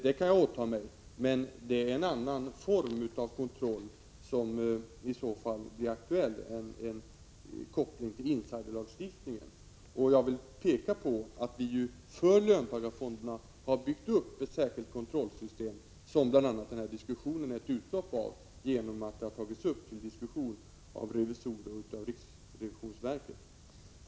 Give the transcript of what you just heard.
Det kan jag åta mig, men det är en annan form av kontroll som i så fall blir aktuell än en koppling till insiderlagstiftningen. Jag vill peka på att vi för löntagarfonderna har byggt upp ett särskilt kontrollsystem, som denna debatt är ett utlopp av, genom att frågan har tagits upp till diskussion av revisorer och av riksrevisionsverket.